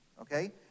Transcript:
okay